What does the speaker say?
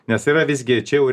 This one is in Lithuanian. nes yra visgi čia jau